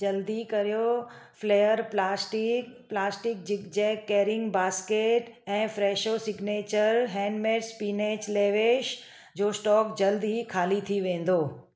जल्दी करियो Flair plastic plastic zigzag carrying basket ऐं Fresho signature handmade spinach leaves जो स्टॉक जल्द ई ख़ाली थी वेंदो